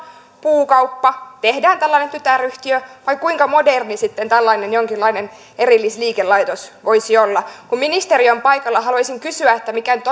puukauppa tehdään tällainen tytäryhtiö vai kuinka moderni sitten tällainen jonkinlainen erillisliikelaitos voisi olla kun ministeri on paikalla haluaisin kysyä mikä nyt